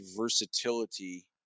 versatility